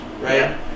right